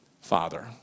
Father